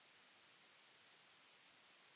Kiitos.